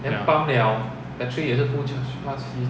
ya